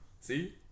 See